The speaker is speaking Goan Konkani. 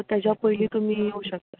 तेज्या पयली तुमीं येवं शकता